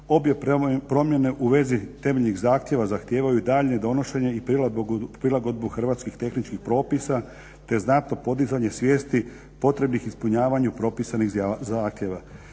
obje promjene u vezi temeljnih zahtjeva zahtijevaju daljnje donošenje i prilagodbu hrvatskih tehničkih propisa te znatno podizanje svijesti potrebnih ispunjavanju propisanih zahtjeva.